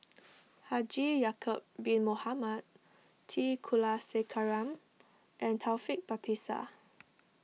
Haji Ya'Acob Bin Mohamed T Kulasekaram and Taufik Batisah